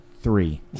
three